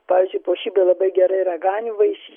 pavyzdžiui puošybai labai gerai raganių vaisiai